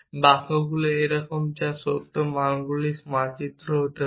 বাক্যগুলি এইরকম যা সত্য মানগুলির মানচিত্র হতে পারে